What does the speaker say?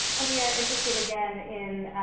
and we are interested again in,